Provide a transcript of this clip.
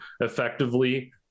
effectively